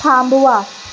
थांबवा